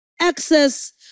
access